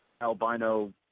albino